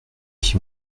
qui